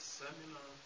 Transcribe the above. seminar